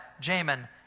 Jamin